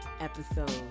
episode